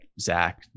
Zach